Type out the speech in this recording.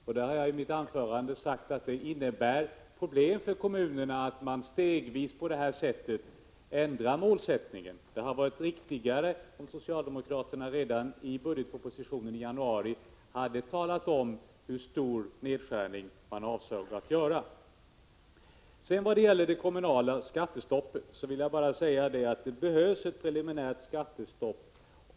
Jag har i mitt tidigare anförande sagt att det innebär problem för kommunerna att man på det här sättet stegvis ändrar målsättningen. Det hade varit riktigare om socialdemokraterna redan i budgetpropositionen i januari hade talat om hur stor nedskärning man avsåg att göra. När det gäller det kommunala skattestoppet vill jag bara säga att det behövs ett preliminärt skattestopp.